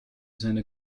seine